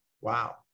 Wow